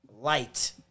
light